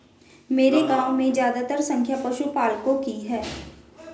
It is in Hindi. मेरे गांव में ज्यादातर संख्या पशुपालकों की है